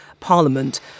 parliament